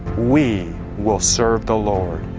we will serve the lord.